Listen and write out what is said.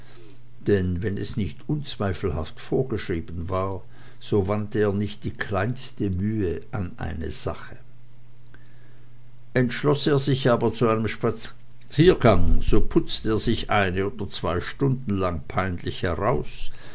denn wenn es nicht unzweifelhaft vorgeschrieben war so wandte er nicht die kleinste mühe an eine sache entschloß er sich aber zu einem spaziergang so putzte er sich eine oder zwei stunden lang peinlich heraus